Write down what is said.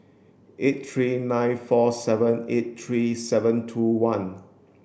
eight three nine four seven eight three seven two one